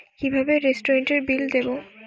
কিভাবে রেস্টুরেন্টের বিল দেবো?